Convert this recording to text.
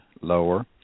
lower